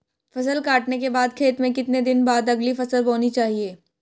फसल काटने के बाद खेत में कितने दिन बाद अगली फसल बोनी चाहिये?